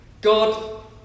God